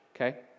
okay